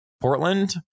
Portland